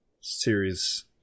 series